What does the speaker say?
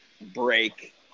break